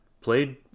played